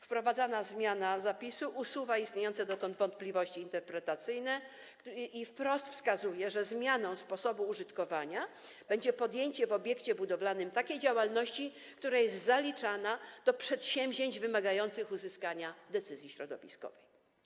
Wprowadzana zmiana zapisu usuwa istniejące dotąd wątpliwości interpretacyjne i wprost wskazuje, że zmianą sposobu użytkowania będzie podjęcie w obiekcie budowlanym takiej działalności, która jest zaliczana do przedsięwzięć wymagających uzyskania decyzji środowiskowej.